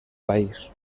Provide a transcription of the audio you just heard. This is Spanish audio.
país